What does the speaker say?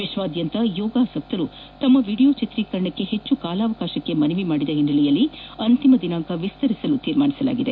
ವಿಶ್ವದಾದ್ಯಂತ ಯೋಗಾಸಕ್ತರು ತಮ್ಮ ವಿಡಿಯೋ ಚಿತ್ರೀಕರಣಕ್ಕೆ ಹೆಚ್ಚು ಕಾಲಾವಕಾಶಕ್ಕೆ ಮನವಿ ಮಾಡಿರುವ ಹಿನ್ನೆಲೆಯಲ್ಲಿ ಅಂತಿಮ ದಿನಾಂಕವನ್ನು ವಿಸ್ತರಿಸಲು ನಿರ್ಧರಿಸಲಾಗಿದೆ